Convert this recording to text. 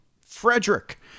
Frederick